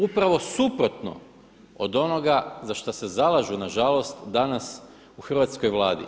Upravo suprotno od onoga za šta se zalažu na žalost danas u hrvatskoj Vladi.